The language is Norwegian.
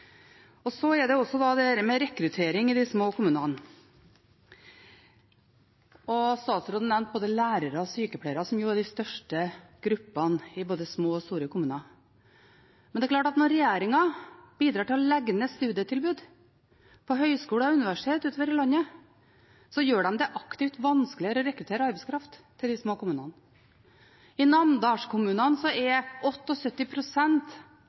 korstog. Så til dette med rekruttering i de små kommunene. Statsråden nevnte både lærere og sykepleiere, som jo er de største gruppene i både små og store kommuner. Men det er klart at når regjeringen bidrar til å legge ned studietilbud på høyskoler og universitet utover i landet, gjør de det aktivt vanskeligere å rekruttere arbeidskraft til de små kommunene. I namdalskommunene er